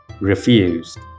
refused